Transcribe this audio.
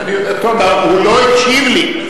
הוא לא הקשיב לי,